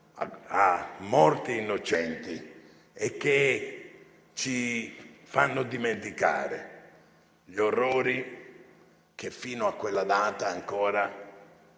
a morti innocenti e che ci fanno dimenticare gli orrori che fino a quella data ancora